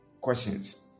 questions